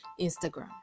Instagram